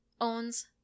owns